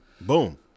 Boom